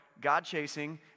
God-chasing